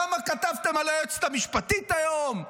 כמה כתבתם על היועצת המשפטית היום,